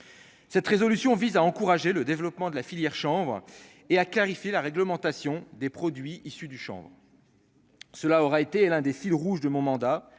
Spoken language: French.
cette résolution vise à encourager le développement de la filière chambre et à clarifier la réglementation des produits issus du Champ, cela aura été l'un des six le rouge de mon mandat